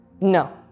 no